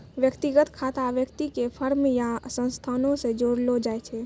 व्यक्तिगत खाता व्यक्ति के फर्म या संस्थानो से जोड़लो जाय छै